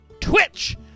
Twitch